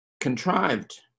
contrived